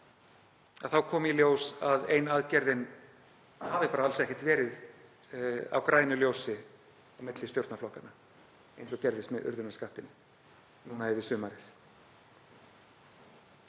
komi í ljós að ein aðgerðin hafi bara alls ekki verið á grænu ljósi milli stjórnarflokkanna eins og gerðist með urðunarskattinn núna yfir sumarið.